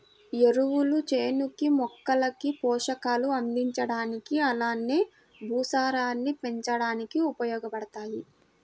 ఎరువులు చేనుకి, మొక్కలకి పోషకాలు అందించడానికి అలానే భూసారాన్ని పెంచడానికి ఉపయోగబడతాయి